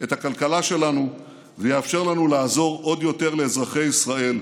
את הכלכלה שלנו ויאפשר לנו לעזור עוד יותר לאזרחי ישראל.